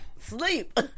sleep